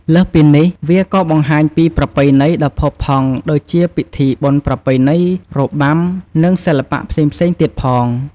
លើសពីនេះ វាក៏បង្ហាញពី ប្រពៃណី ដ៏ផូរផង់ ដូចជាពិធីបុណ្យប្រពៃណី របាំ និងសិល្បៈផ្សេងៗទៀតផង។